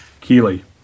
Keely